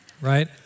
right